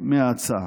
מההצעה.